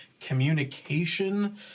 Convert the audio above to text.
communication